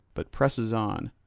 but presses on,